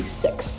six